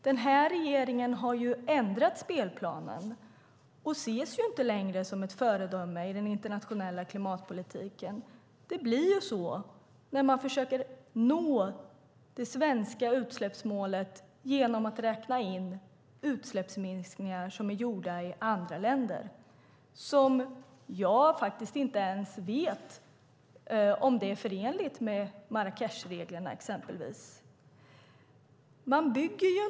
Denna regering har ändrat spelplanen, och Sverige ses inte längre som ett föredöme i den internationella klimatpolitiken. Det blir så när man försöker nå det svenska utsläppsmålet genom att räkna in utsläppsminskningar som är gjorda i andra länder. Jag vet inte om det ens är förenligt med exempelvis Marrakechreglerna.